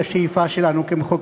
שאני לא אומר שהם של מה בכך,